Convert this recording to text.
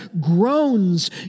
groans